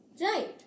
Right